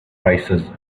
prices